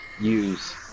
use